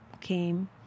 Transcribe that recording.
came